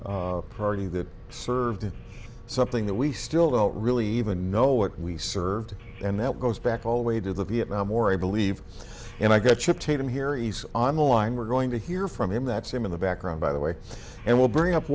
party that served in something that we still don't really even know what we served and that goes back all the way to the vietnam war i believe and i got shipped them here east on the line we're going to hear from him that's him in the background by the way and we'll bring up